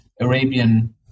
Arabian